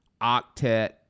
octet